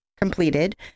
completed